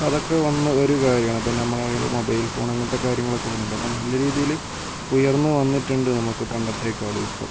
അപ്പോൾ അതൊക്കെ വന്ന ഒരു കാര്യാണ് ഇപ്പോൾ നമ്മുടെ കയ്യില് മൊബൈൽ ഫോൺ അങ്ങനത്തെ കാര്യങ്ങളൊക്കെ വന്നിട്ടുണ്ട് അപ്പോൾ നല്ല രീതിയില് ഉയർന്ന് വന്നിട്ടുണ്ട് നമുക്ക് പണ്ടത്തേക്കാളും ഇപ്പം